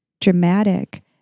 dramatic